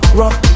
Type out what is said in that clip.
rock